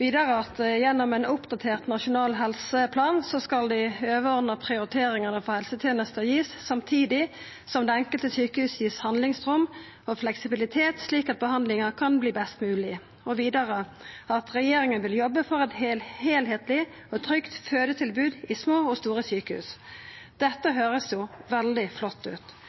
Vidare står det: «Gjennom en oppdatert nasjonal helseplan skal de overordnede prioriteringene for helsetjenestene gis, samtidig som det enkelte sykehus gis handlingsrom og fleksibilitet slik at behandlingen kan bli best mulig. Regjeringen vil jobbe for et helhetlig og trygt fødetilbud i små og store sykehus.» Dette høyrest jo veldig flott ut.